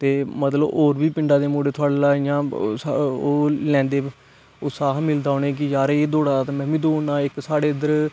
ते मतलब और बी पिंडा दे मुडे़ बडले इयां सारे लेंदे उत्साह मिलदा उन्हेगी यार एह् दौड़ा दे तै में बी दौड़ना इक साढ़े उद्धर